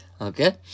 Okay